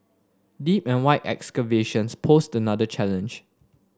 deep and wide excavations posed another challenge